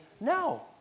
No